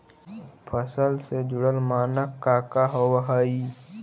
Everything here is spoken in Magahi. फसल से जुड़ल मानक का का होव हइ?